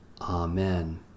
Amen